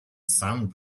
some